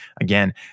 Again